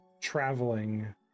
traveling